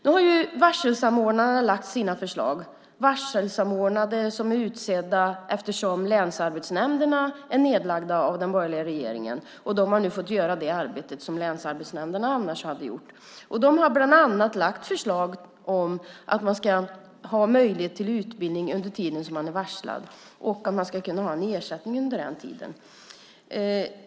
Nu har varselsamordnarna lagt fram sina förslag, de varselsamordnare som är utsedda eftersom länsarbetsnämnderna är nedlagda av den borgerliga regeringen. De får nu göra det arbete som länsarbetsnämnderna annars hade gjort. De har bland annat föreslagit att man ska ha möjlighet till utbildning under tiden som man är varslad och att man ska kunna ha en ersättning under den tiden.